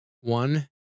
one